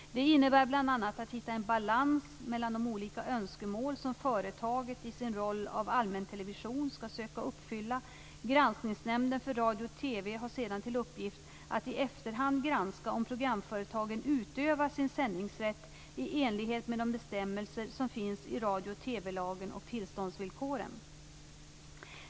Det innebär bl.a. att man skall hitta en balans mellan de olika önskemål som företaget i sin roll av allmäntelevision skall söka uppfylla. Granskningsnämnden för radio och TV har sedan till uppgift att i efterhand granska om programföretagen utövar sin sändningsrätt i enlighet med de bestämmelser som finns i radio och TV-lagen och tillståndsvillkoren.